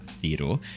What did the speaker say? Theodore